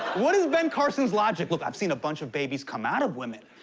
what is ben carson's logic? look, i've seen a bunch of babies come out of women,